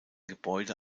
gebäude